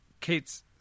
Kate's